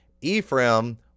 Ephraim